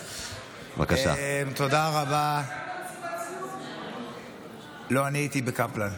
לא, אני הייתי בקפלן.